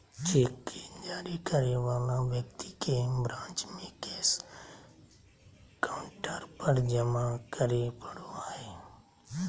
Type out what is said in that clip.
cheque जारी करे वाला व्यक्ति के ब्रांच में कैश काउंटर पर जमा करे पड़ो हइ